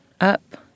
up